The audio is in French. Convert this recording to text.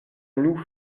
noue